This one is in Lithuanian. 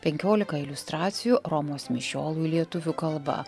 penkiolika iliustracijų romos mišiolui lietuvių kalba